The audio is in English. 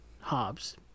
Hobbes